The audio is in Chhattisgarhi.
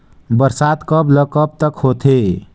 बरसात कब ल कब तक होथे?